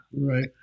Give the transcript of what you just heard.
Right